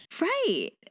right